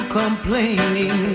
complaining